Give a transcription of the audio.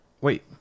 wait